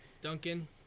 Duncan